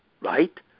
right